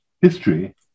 history